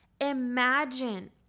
Imagine